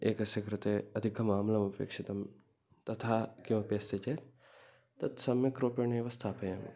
एकस्य कृते अधिकमाम्लमपेक्षितं तथा किमपि अस्ति चेत् तत्सम्यक् रूपेणैव स्थापयामि